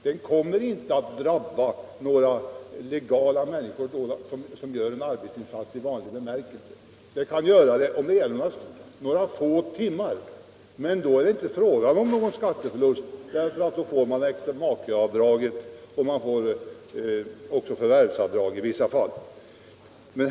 Detta kommer inte att drabba några människor som gör en arbetsinsats i vanlig bemärkelse och alltså har helt legala förhållanden. Det kan göra det om det gäller några få timmar, men då är det inte fråga om en skatteförlust, för då får man äktamakeavdraget och även förvärvsavdrag i vissa fall.